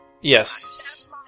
Yes